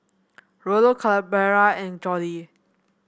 Rollo Clarabelle and Jordi